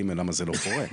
ג'; למה זה לא קורה?